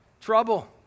Trouble